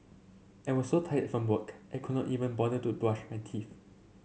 I was so tired from work I could not even bother to brush my teeth